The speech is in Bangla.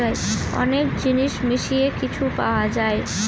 অনেক জিনিস মিশিয়ে কিছু পাওয়া যায়